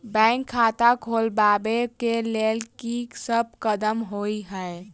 Bank खाता खोलबाबै केँ लेल की सब कदम होइ हय?